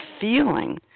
feeling